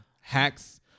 hacks